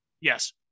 Yes